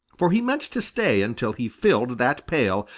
for he meant to stay until he filled that pail,